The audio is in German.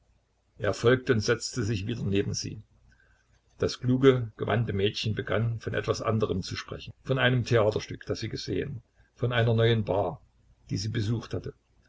er folgte und setzte sich wieder neben sie das kluge gewandte mädchen begann von etwas anderem zu sprechen von einem theaterstück das sie gesehen von einer neuen bar die sie besucht hatte